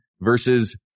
versus